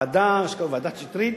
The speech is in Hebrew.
ועדה שקראו לה ועדת-שטרית,